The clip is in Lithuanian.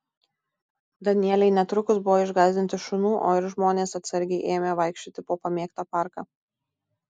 danieliai netrukus buvo išgąsdinti šunų o ir žmonės atsargiai ėmė vaikščioti po pamėgtą parką